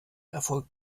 erfolgt